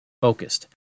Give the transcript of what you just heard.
focused